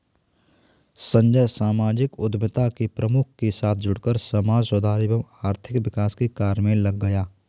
संजय सामाजिक उद्यमिता के प्रमुख के साथ जुड़कर समाज सुधार एवं आर्थिक विकास के कार्य मे लग गया